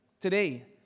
Today